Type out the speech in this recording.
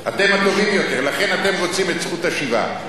אתם טובים יותר, לכן אתם רוצים את זכות השיבה.